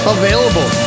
available